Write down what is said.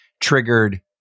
triggered